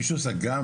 מישהו סגר?